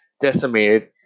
decimated